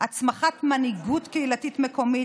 הצמחת מנהיגות קהילתית מקומית,